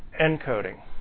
encoding